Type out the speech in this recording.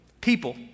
People